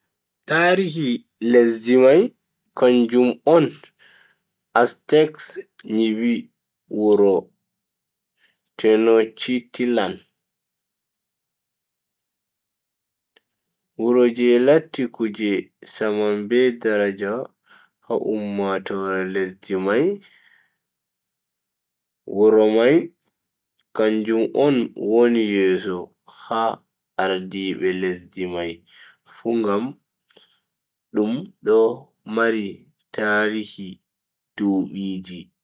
Tarihi lesdi mai kanjum on aztec nyibi wuro tenochtitlan. wuro je latti kuje saman be daraja ha ummatoore lesdi mai. wuro mai kanjum on woni yeso ha ardiibe lesdi mai fu ngam dum do mari tarihi dubiji.